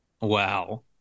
Wow